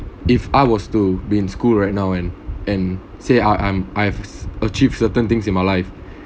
if I was to be in school right now and and say I I'm I've achieved certain things in my life